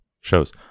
shows